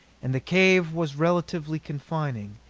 and the cave was relatively confining.